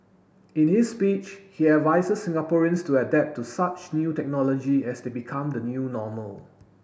in his speech he advises Singaporeans to adapt to such new technology as they become the new normal